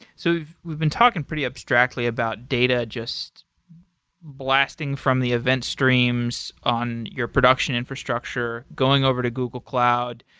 so we've we've been talking pretty abstractly about data just blasting from the event streams on your production infrastructure, going over to google cloud,